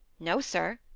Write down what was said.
no, sir,